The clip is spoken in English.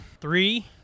Three